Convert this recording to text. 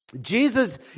Jesus